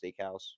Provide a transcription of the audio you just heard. Steakhouse